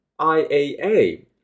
IAA